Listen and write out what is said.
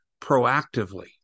proactively